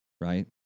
right